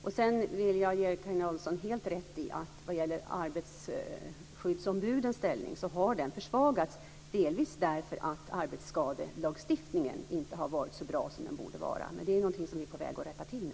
Jag ger Carina Adolfsson helt rätt i att arbetsskyddsombudens ställning har försvagats, delvis därför att arbetsskadelagstiftningen inte har varit så bra som den borde vara. Det är någonting som vi är på väg att rätta till.